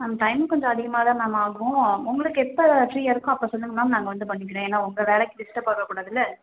ma'am time கொஞ்சம் அதிகமாக தான் மேம் ஆகும் உங்களுக்கு எப்போ ஃப்ரீயாக இருக்கோ அப்போ சொல்லுங்கள் மேம் நாங்கள் வந்து பண்ணிக்கிறோம் ஏன்னா உங்க வேலைக்கு டிஸ்டர்ப் ஆக கூடாதுல்ல